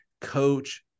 coach